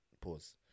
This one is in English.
Pause